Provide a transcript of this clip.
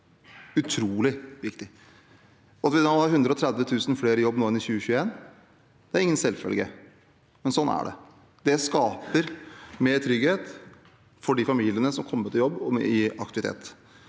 utrolig viktig. At vi har 130 000 flere i jobb nå enn i 2021, er ingen selvfølge, men sånn er det. Det skaper mer trygghet for de familiene som har kommet i jobb og i aktivitet.